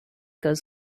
goes